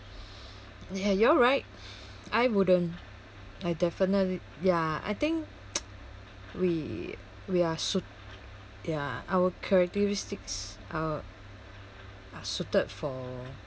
ya you're right I wouldn't I definitely ya I think we we are so ya our characteristics are are suited for